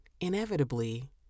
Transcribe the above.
inevitably